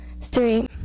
Three